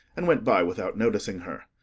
and went by without noticing her.